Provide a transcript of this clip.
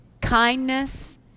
kindness